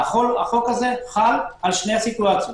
החוק הזה חל על שתי הסיטואציות.